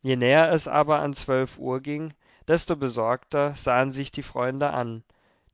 je näher es aber an zwölf uhr ging desto besorgter sahen sich die freunde an